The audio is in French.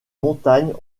montagnes